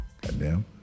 Goddamn